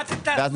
מה אתם